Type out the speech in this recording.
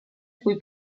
cui